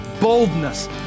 boldness